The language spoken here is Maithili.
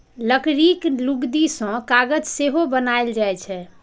लकड़ीक लुगदी सं कागज सेहो बनाएल जाइ छै